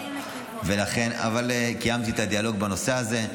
אבל קיימתי איתה דיאלוג בנושא הזה.